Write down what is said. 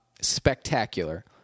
Spectacular